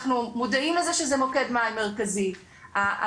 אנחנו מודעים לזה שזה מוקד מים מרכזי קטע